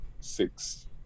six